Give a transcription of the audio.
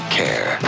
care